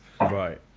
Right